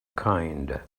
kind